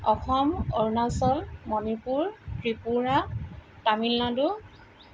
Assam Arunachal Manipur Tripura Tamil Nadu